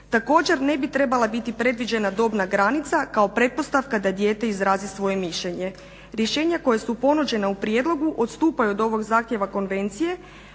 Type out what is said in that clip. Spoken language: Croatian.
Također ne bi trebala biti predviđena dobna granica kao pretpostavka da dijete izrazi svoje mišljenje. Rješenja koja su ponuđena u prijedlogu odstupaju od ovog zahtjeva konvencije